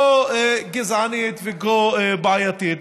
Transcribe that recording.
כה גזענית וכה בעייתית?